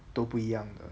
都不一样的